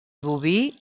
boví